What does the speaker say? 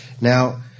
Now